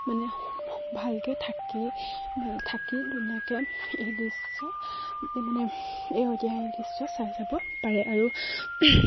মানে ভালকৈ থাকি থাকি ধুনীয়াকৈ এই দৃশ্য মানে এই ঐতিহাসিক দৃশ্য চাই যাব পাৰে আৰু